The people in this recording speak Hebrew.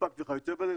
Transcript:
אימפקט וכיוצא בזה.